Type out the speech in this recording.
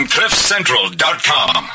Cliffcentral.com